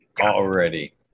already